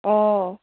অঁ